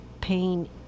pain